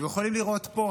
אתם יכולים לראות פה,